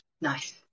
Nice